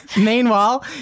Meanwhile